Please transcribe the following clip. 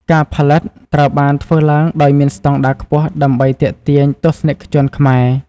ការផលិត ត្រូវបានធ្វើឡើងដោយមានស្តង់ដារខ្ពស់ដើម្បីទាក់ទាញទស្សនិកជនខ្មែរ។